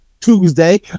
Tuesday